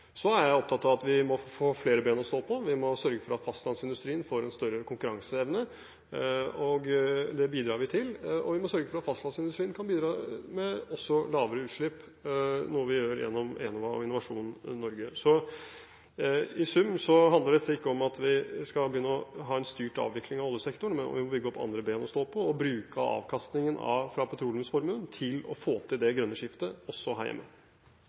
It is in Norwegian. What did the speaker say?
Så er jeg opptatt av at vi må få flere ben å stå på, vi må sørge for at fastlandsindustrien får en større konkurranseevne, og det bidrar vi til. Og vi må sørge for at også fastlandsindustrien kan bidra med lavere utslipp, noe vi gjør gjennom Enova og Innovasjon Norge. I sum handler dette ikke om at vi skal begynne å ha en styrt avvikling av oljesektoren, men vi må ha andre ben å stå på og bruke avkastningen fra petroleumsformuen til å få til det grønne skiftet også her hjemme.